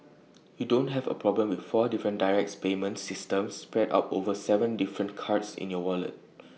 you don't have A problem with four different direct payment systems spread out over Seven different cards in your wallet